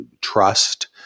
trust